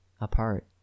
apart